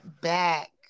back